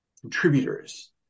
contributors